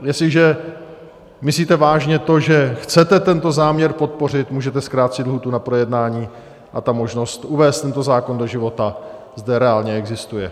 Jestliže myslíte vážně to, že chcete tento záměr podpořit, můžete zkrátit lhůtu na projednání, a ta možnost uvést tento zákon do života zde reálně existuje.